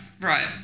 Right